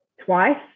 twice